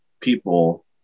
people